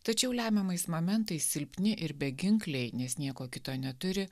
tačiau lemiamais momentais silpni ir beginkliai nes nieko kito neturi